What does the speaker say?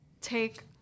take